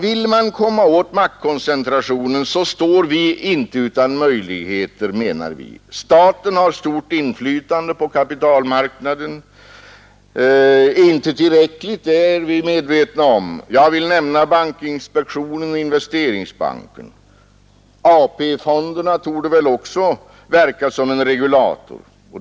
Vill man komma åt maktkoncentrationen står vi inte utan möjligheter, menar utskottet. Staten har stort inflytande på kapitalmarknaden — inte tillräckligt, det är vi medvetna om. Jag vill nämna bankinspektionen och Investeringsbanken. AP-fonderna torde väl också verka som en regulator.